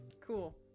Cool